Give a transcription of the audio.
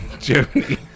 Germany